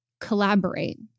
collaborate